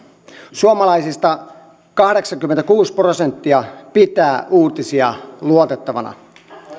suomalaisista kahdeksankymmentäkuusi prosenttia pitää uutisia luotettavana